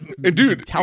dude